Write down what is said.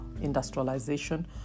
industrialization